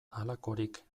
halakorik